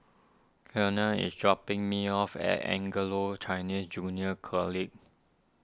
Keanna is dropping me off at Anglo Chinese Junior College